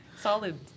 Solid